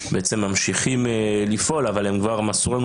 בעצם ממשיכים לפעול אבל הם כבר מסרו לנו